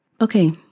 Okay